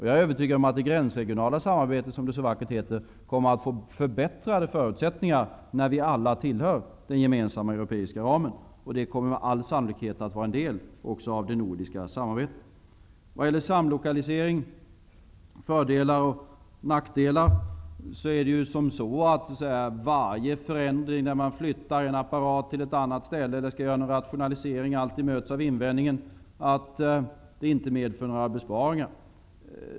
Jag är övertygad om att det gränsregionala samarbetet, som det så vackert heter, kommer att få förbättrade förutsättningar när vi alla tillhör den gemensamma europeiska ramen. Det kommer med all sannolikhet också att vara en del av det nordiska samarbetet. När det gäller fördelar och nackdelar med en samlokalisering vill jag säga följande. Varje förändring, när man flyttar en apparat till ett annat ställe eller skall göra rationaliseringar, möts av invändningen att den inte medför några besparingar.